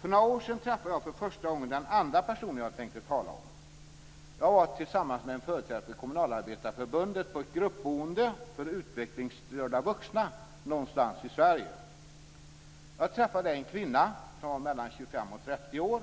För några år sedan träffade jag för första gången den andra personen som jag tänkte tala om. Jag var, tillsammans med en företrädare för Kommunalarbetareförbundet, på ett gruppboende för vuxna utvecklingsstörda någonstans i Sverige. Jag träffade där en kvinna som var mellan 25 och 30 år.